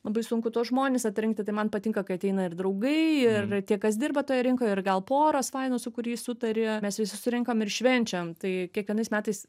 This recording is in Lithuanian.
labai sunku tuos žmones atrinkti tai man patinka kai ateina ir draugai ir tie kas dirba toje rinkoje ir gal poros fainos su kuriais sutari mes visi susirenkam ir švenčiam tai kiekvienais metais